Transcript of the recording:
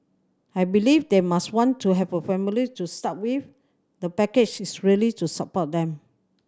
I believe they must want to have a family to start with the package is really to support them